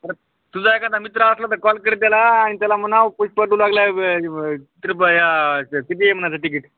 परत तुझा एखादा मित्र असलं तर कॉल कर त्याला आणि त्याला म्हणाव पुष्पा टू लागला आहे किती आहे म्हणाव तिकीट